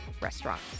restaurants